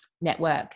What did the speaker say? network